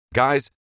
Guys